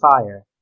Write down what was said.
Fire